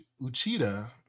Uchida